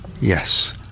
yes